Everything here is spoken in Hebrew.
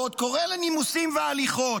ועוד קורא לנימוסים והליכות.